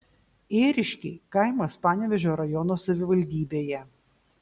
ėriškiai kaimas panevėžio rajono savivaldybėje